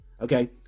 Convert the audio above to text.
okay